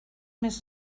més